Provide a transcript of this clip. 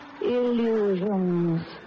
illusions